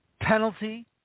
Penalty